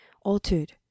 altered